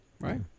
right